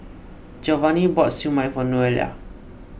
Giovanny bought Siew Mai for Noelia